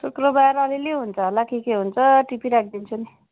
शुक्रवार अलिअलि हुन्छ होला के के हुन्छ टिपी राखिदिन्छु नि